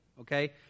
okay